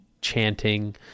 chanting